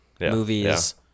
movies